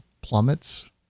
plummets